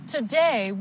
Today